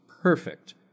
perfect